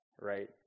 right